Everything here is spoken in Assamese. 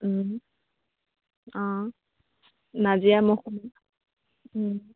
অঁ নাজিৰামুখ